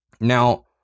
Now